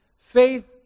Faith